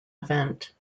event